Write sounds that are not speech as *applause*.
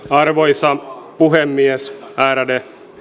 *unintelligible* arvoisa puhemies ärade